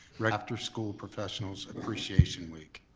after school professionals appreciation week.